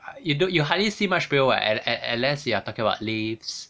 you don't you hardly see much braille [what] at unless you are talking about lifts